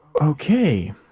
Okay